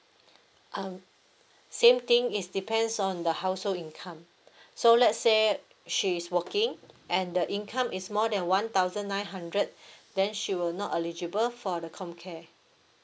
um same thing is depends on the household income so let's say she's working and the income is more than one thousand nine hundred then she will not eligible for the COMCARE